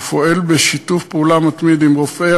ופועל בשיתוף פעולה מתמיד עם רופאי